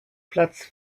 platz